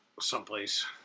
someplace